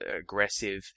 aggressive